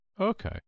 okay